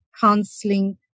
counseling